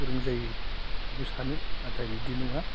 गोरों जायो बेखौ सानो नाथाय बिदि नङा